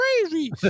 crazy